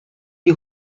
die